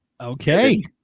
Okay